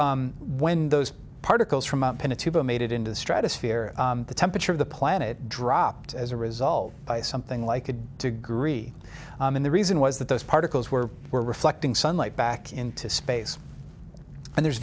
when those particles from mt pinatubo made it into the stratosphere the temperature of the planet dropped as a result by something like a degree and the reason was that those particles were were reflecting sunlight back into space and there's